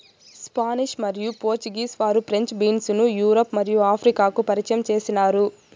Spanish మరియు Portuguese వారు French beans ను యూరప్ మరియు ఆఫ్రికాకు పరిచయం చేసినారు